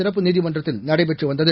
சிறப்பு நீதிமன்றத்தில் நடைபெற்று வந்தது